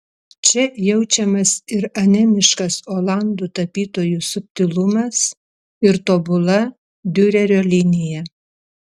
čia jaučiamas ir anemiškas olandų tapytojų subtilumas ir tobula diurerio linija